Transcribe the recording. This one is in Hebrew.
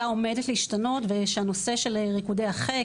עומדת להשתנות ושהנושא של ריקודי החיק,